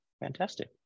fantastic